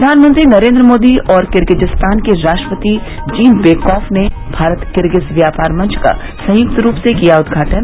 प्रधानमंत्री नरेंद्र मोदी और किर्गिज्तान के राष्ट्रपति जीनबेकॉफ ने भारत किर्गिज व्यापार मंच का संयुक्त रूप से किया उदघाटन